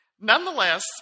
Nonetheless